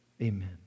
amen